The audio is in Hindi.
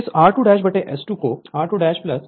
इस r2S को r2 r2 1 SS इस तरह बनाया गया था